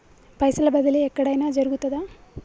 పైసల బదిలీ ఎక్కడయిన జరుగుతదా?